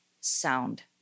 sound